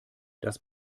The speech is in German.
das